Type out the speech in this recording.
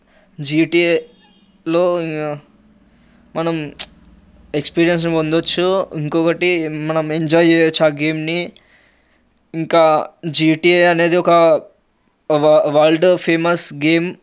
జిటిఏలో మనం ఎక్స్పీరియన్స్ని పొందొచ్చు ఇంకోకటి మనం ఎంజాయ్ చేయొచ్చు ఆ గేమ్ని ఇంకా జిటిఏ అనేది ఒక వ వరల్డ్ ఫేమస్ గేమ్